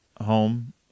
home